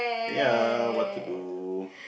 ya what to do